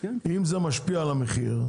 אם זה משפיע על המחיר.